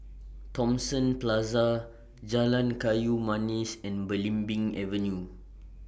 Thomson Plaza Jalan Kayu Manis and Belimbing Avenue